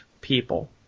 people